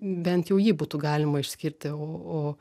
bent jau jį būtų galima išskirti o o